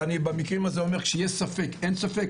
ואני במקרים האלה אומר כשיש ספק אין ספק,